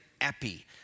epi